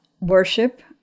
worship